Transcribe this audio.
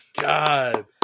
God